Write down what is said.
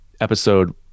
episode